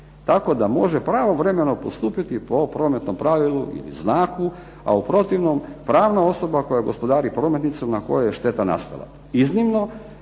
tako da može pravovremeno postupiti po prometnom pravilu ili znaku, a u protivnom pravna osoba koja gospodari prometnicom na kojoj je šteta nastala. Iznimno